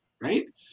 right